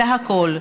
זה הכול.